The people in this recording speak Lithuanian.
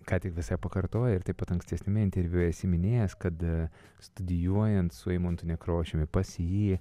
ką tik visai pakartojai ir taip pat ankstesniame interviu esi minėjęs kad studijuojant su eimuntu nekrošiumi pas jį